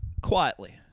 quietly